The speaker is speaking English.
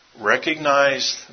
Recognize